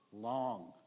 long